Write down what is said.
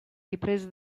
ripresa